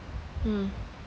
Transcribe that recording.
mm